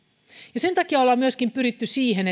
sen takia ollaan myöskin pyritty siihen